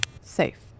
Safe